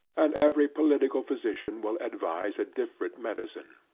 and every political physician will advise a different medicine.